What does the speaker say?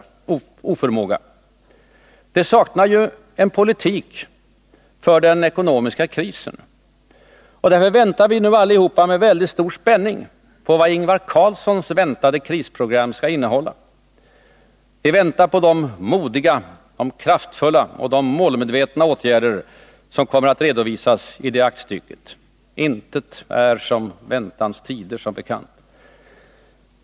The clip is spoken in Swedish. Socialdemokraterna saknar ju en politik för den ekonomiska krisen. Därför väntar vi nu alla med väldigt stor spänning på vad Ingvar Carlssons krisprogram skall innehålla. Vi väntar på de modiga, de kraftfulla och de målmedvetna åtgärder som kommer att redovisas i det aktstycket. Intet är som väntans tider, som bekant!